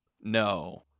No